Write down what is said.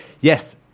Yes